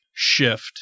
shift